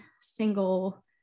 single